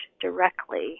directly